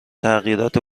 تغییرات